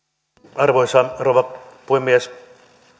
arvoisa rouva puhemies minä